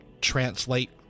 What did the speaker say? translate